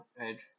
edge